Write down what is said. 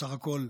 בסך הכול,